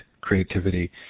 creativity